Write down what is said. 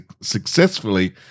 successfully